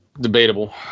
Debatable